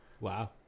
Wow